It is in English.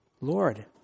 Lord